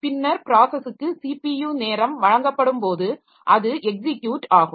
பின்னர் ப்ராஸஸுக்கு ஸிபியு நேரம் வழங்கப்படும் போது அது எக்ஸிக்யுட் ஆகும்